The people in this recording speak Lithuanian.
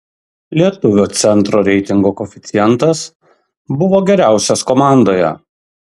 lietuvio centro reitingo koeficientas buvo geriausias komandoje